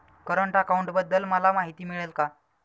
Current अकाउंटबद्दल मला माहिती मिळेल का?